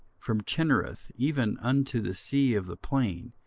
from chinnereth even unto the sea of the plain,